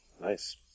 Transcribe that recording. Nice